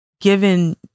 given